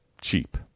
cheap